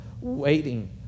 waiting